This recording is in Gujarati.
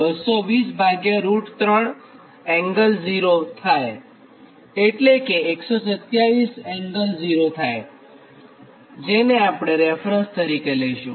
એટલે કે 127∠0 kV થાય જેને આપણે રેફરન્સ લઇશું